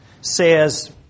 says